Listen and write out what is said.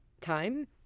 time